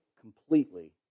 completely